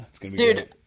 Dude